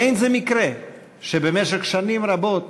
אין זה מקרה שבמשך שנים רבות